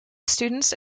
students